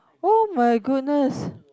oh my goodness